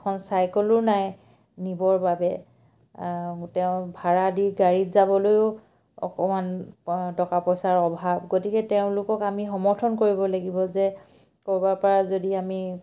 এখন চাইকেলো নাই নিবৰ বাবে তেওঁ ভাড়া দি গাড়ীত যাবলৈও অকমান টকা পইচাৰ অভাৱ গতিকে তেওঁলোকক আমি সমৰ্থন কৰিব লাগিব যে ক'ৰবাৰ পৰা যদি আমি